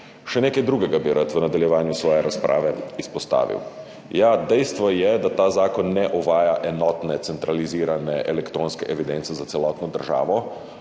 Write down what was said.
Še nekaj drugega bi rad izpostavil v nadaljevanju svoje razprave. Ja, dejstvo je, da ta zakon ne uvaja enotne centralizirane elektronske evidence za celotno državo,